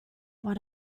what